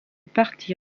parti